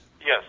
Yes